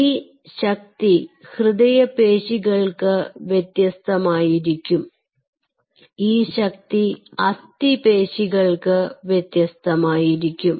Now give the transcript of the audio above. ഈ ശക്തി ഹൃദയപേശികൾക്ക് വ്യത്യസ്തമായിരിക്കും ഈ ശക്തി അസ്ഥി പേശികൾക്ക് വ്യത്യസ്തമായിരിക്കും